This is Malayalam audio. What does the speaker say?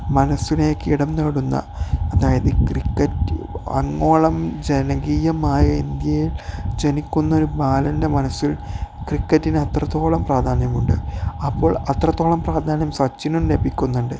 മനസ്സിലേക്ക് ഇടം നേടുന്ന അതായത് ഈ ക്രിക്കറ്റ് അങ്ങോളം ജനകീയമായ ഇന്ത്യയിൽ ജനിക്കുന്നൊരു ബാലൻ്റെ മനസ്സിൽ ക്രിക്കറ്റിന് അത്രത്തോളം പ്രാധാന്യമുണ്ട് അപ്പോൾ അത്രത്തോളം പ്രാധാന്യം സച്ചിനും ലഭിക്കുന്നുണ്ട്